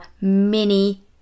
mini